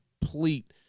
complete